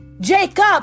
Jacob